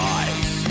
eyes